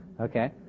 Okay